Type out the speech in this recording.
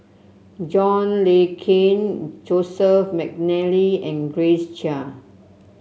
John Le Cain Joseph McNally and Grace Chia